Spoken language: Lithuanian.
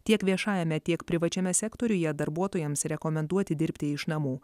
tiek viešajame tiek privačiame sektoriuje darbuotojams rekomenduoti dirbti iš namų